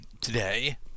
today